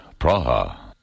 Praha